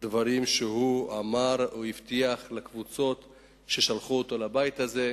דברים שהוא אמר והבטיח לקבוצות ששלחו אותו לבית הזה.